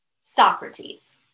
Socrates